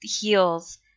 heels